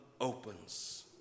opens